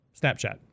Snapchat